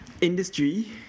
industry